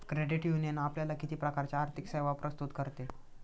Credit union आपल्याला किती प्रकारच्या आर्थिक सेवा प्रस्तुत करते?